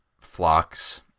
flocks